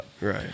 Right